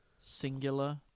singular